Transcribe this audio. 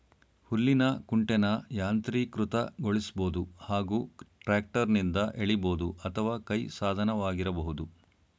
ಹುಲ್ಲಿನ ಕುಂಟೆನ ಯಾಂತ್ರೀಕೃತಗೊಳಿಸ್ಬೋದು ಹಾಗೂ ಟ್ರ್ಯಾಕ್ಟರ್ನಿಂದ ಎಳಿಬೋದು ಅಥವಾ ಕೈ ಸಾಧನವಾಗಿರಬಹುದು